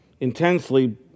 intensely